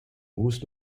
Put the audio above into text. bruce